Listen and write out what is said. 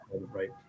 right